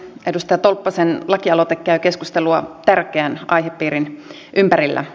edustaja tolppasen lakialoite käy keskustelua tärkeän aihepiirin ympärillä